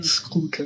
school